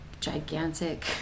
gigantic